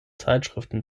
zeitschriften